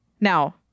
now